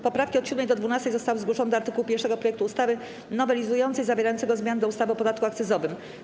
Poprawki od 7. do 12. zostały zgłoszone do art. 1 projektu ustawy nowelizującej, zawierającego zmiany do ustawy o podatku akcyzowym.